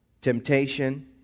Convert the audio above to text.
temptation